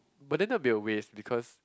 but then that would be a waste because